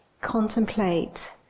contemplate